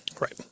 Right